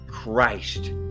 Christ